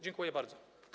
Dziękuję bardzo.